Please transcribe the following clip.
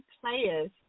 players